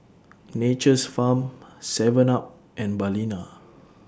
Nature's Farm Seven up and Balina